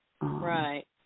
Right